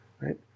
right